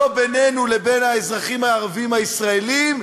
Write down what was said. לא בינינו לבין האזרחים הערבים הישראלים,